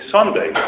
Sunday